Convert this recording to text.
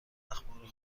اخبار